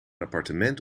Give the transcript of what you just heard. appartement